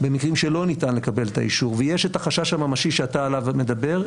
במקרים שלא ניתן לקבל את האישור ויש את החשש הממשי שאתה עליו מדבר,